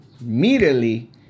Immediately